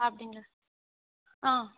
அப்படிங்களா ஆ